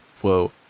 whoa